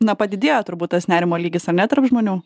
na padidėjo turbūt tas nerimo lygis ar ne tarp žmonių